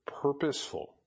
purposeful